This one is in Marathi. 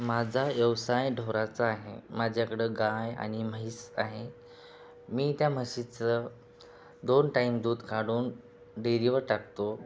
माझा व्यवसाय ढोराचा आहे माझ्याकडे गाय आणि म्हैस आहे मी त्या म्हशीचं दोन टाईम दूध काढून डेरीवर टाकतो